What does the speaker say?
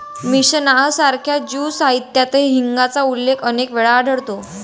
Mishnah सारख्या ज्यू साहित्यातही हिंगाचा उल्लेख अनेक वेळा आढळतो